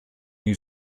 new